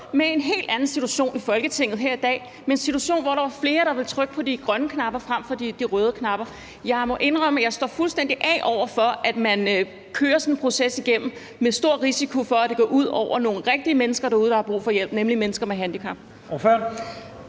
i en helt anden situation i Folketinget her i dag, i en situation, hvor der var flere, der ville trykke på de grønne knapper frem for de røde knapper. Jeg må indrømme, at jeg står fuldstændig af over for, at man kører sådan en proces igennem med stor risiko for, at det går ud over nogle rigtige mennesker derude, der har brug for hjælp, nemlig mennesker med handicap.